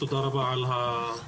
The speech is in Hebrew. תודה רבה על ההזמנה.